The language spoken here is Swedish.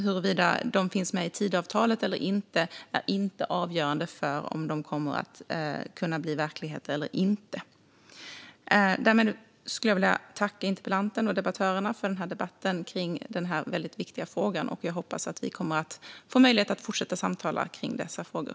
Huruvida de finns med i Tidöavtalet eller inte är alltså inte avgörande för om de kommer att kunna bli verklighet eller inte. Jag vill tacka interpellanten och debattörerna för denna debatt kring en väldigt viktig fråga, och jag hoppas få möjlighet att fortsätta samtala kring dessa frågor.